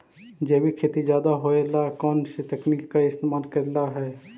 जैविक खेती ज्यादा होये ला कौन से तकनीक के इस्तेमाल करेला हई?